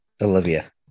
Olivia